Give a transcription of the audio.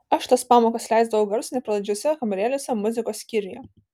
aš tas pamokas leisdavau garsui nepralaidžiuose kambarėliuose muzikos skyriuje